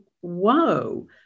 whoa